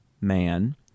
man